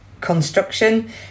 construction